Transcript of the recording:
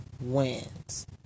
wins